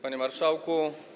Panie Marszałku!